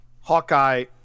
Hawkeye